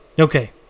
Okay